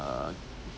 uh